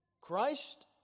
Christ